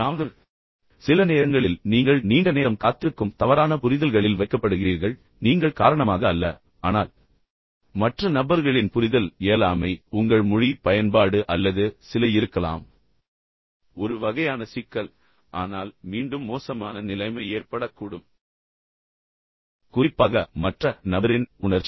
தாமதம் சில நேரங்களில் நீங்கள் நீண்ட நேரம் காத்திருக்கும் தவறான புரிதல்களில் வைக்கப்படுகிறீர்கள் நீங்கள் காரணமாக அல்ல ஆனால் மற்ற நபர்களின் புரிதல் இயலாமை உங்கள் மொழி பயன்பாடு அல்லது சில இருக்கலாம் ஒரு வகையான சிக்கல் ஆனால் மீண்டும் மோசமான நிலைமை ஏற்படக்கூடும் என்பதை கவனித்துக் கொள்ளுங்கள் குறிப்பாக மற்ற நபரின் உணர்ச்சி